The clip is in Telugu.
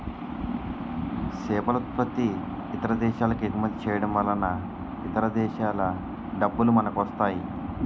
సేపలుత్పత్తి ఇతర దేశాలకెగుమతి చేయడంవలన ఇతర దేశాల డబ్బులు మనకొస్తాయి